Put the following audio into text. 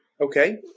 Okay